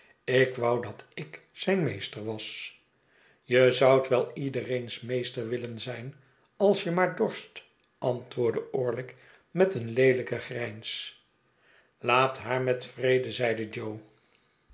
ik wou dat ik zijn meester was je zoudt wel iedereens meester willen zijn als je maar dorst antwoordde orlick met een leelijken grijns laat haar met vrede